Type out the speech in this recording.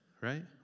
right